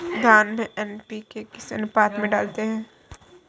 धान में एन.पी.के किस अनुपात में डालते हैं?